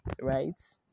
right